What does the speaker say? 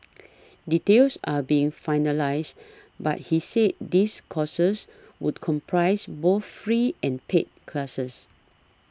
details are being finalised but he said these courses would comprise both free and paid classes